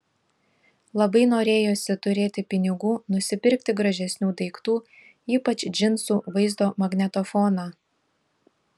labai norėjosi turėti pinigų nusipirkti gražesnių daiktų ypač džinsų vaizdo magnetofoną